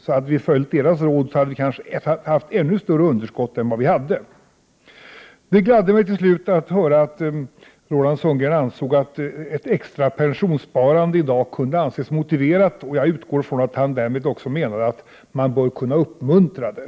Hade vi följt deras råd, hade vi kanske haft ännu större underskott. Till slut gladde det mig att höra att Roland Sundgren ansåg att ett extra pensionssparande i dag kan anses motiverat. Jag utgår ifrån att han därmed också menar att man bör kunna uppmuntra det.